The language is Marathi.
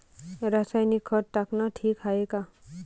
रासायनिक खत टाकनं ठीक हाये का?